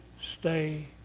stay